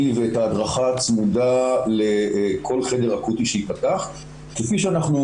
ואת ההדרכה הצמודה לכל חדר אקוטי שייפתח כפי שאנחנו